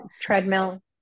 Treadmill